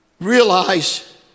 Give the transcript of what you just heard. realize